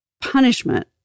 punishment